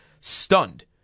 stunned